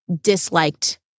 disliked